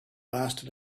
lasted